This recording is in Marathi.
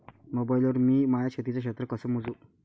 मोबाईल वर मी माया शेतीचं क्षेत्र कस मोजू?